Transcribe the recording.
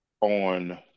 on